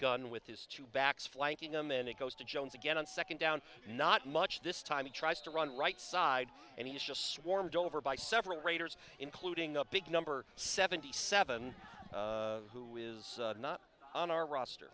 gun with his two backs flanking them then it goes to jones again on second down not much this time he tries to run right side and he is just swarmed over by several raiders including up big number seventy seven who is not on our roster